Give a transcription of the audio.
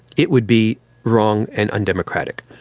it would be wrong and undemocratic.